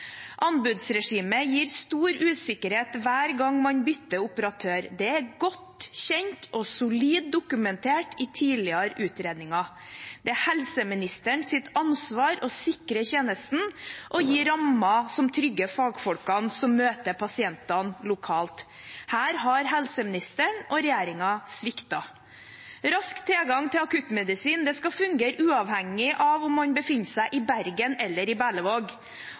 Anbudsregimet gir stor usikkerhet hver gang man bytter operatør, det er godt kjent og solid dokumentert i tidligere utredninger. Det er helseministerens ansvar å sikre tjenesten og gi rammer som trygger fagfolkene som møter pasientene lokalt. Her har helseministeren og regjeringen sviktet. Rask tilgang til akuttmedisin skal fungere uavhengig av om man befinner seg i Bergen eller i